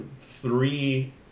three